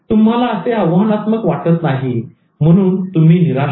तुम्हाला असे आव्हानात्मक वाटत नाही म्हणून तुम्ही निराश होता